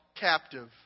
captive